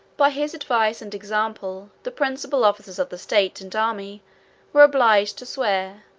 by his advice and example, the principal officers of the state and army were obliged to swear,